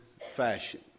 fashion